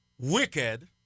wicked